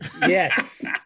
yes